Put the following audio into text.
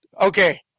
okay